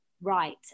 right